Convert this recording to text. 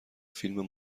فیلم